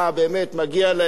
באמת מגיע להם,